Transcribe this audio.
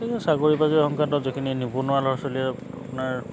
সেই চাকৰি পাজৰি সংক্ৰান্তত যিখিনি নিবনুৱা ল'ৰা ছোৱালীয়ে আপোনাৰ